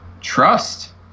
Trust